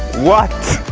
what?